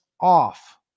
off